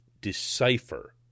decipher